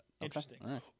Interesting